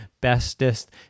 bestest